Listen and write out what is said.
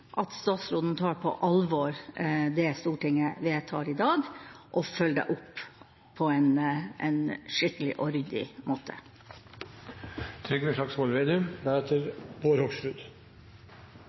at statsråden tar på alvor det Stortinget vedtar i dag, og følger det opp på en skikkelig og ryddig